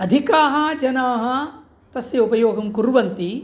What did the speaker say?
अधिकाः जनाः तस्य उपयोगं कुर्वन्ति